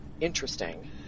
interesting